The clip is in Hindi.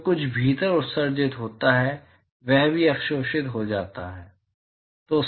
जो कुछ भीतर उत्सर्जित होता है वह भी अवशोषित हो जाता है